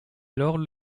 alors